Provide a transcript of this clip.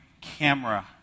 camera